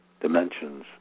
dimensions